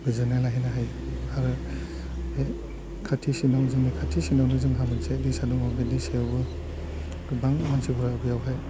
गोजोन्नाय लाहैनो हायो आरो बे खाथि सिनाव खाथि सिनावनो जोंहा मोनसे दैसा दङ बे दैसायावनो गोबां मानसिफ्रा बेयावहाय